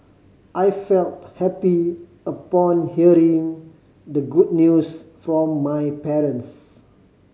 I felt happy upon hearing the good news from my parents